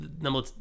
number